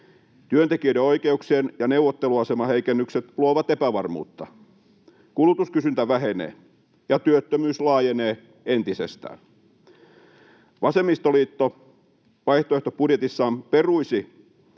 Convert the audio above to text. Työntekijöiden oikeuksien ja neuvotteluaseman heikennykset luovat epävarmuutta. Kulutuskysyntä vähenee, ja työttömyys laajenee entisestään. Vasemmistoliitto vaihtoehtobudjetissaan peruisi